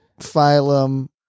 phylum